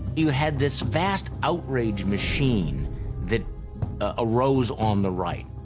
you had this vast outrage machine that ah arose on the right.